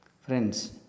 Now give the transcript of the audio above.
Friends